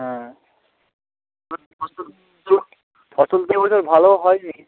হ্যাঁ ফসল ফসল কি এবছর ভালো হয় নি